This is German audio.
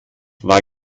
war